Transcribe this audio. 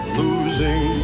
losing